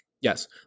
Yes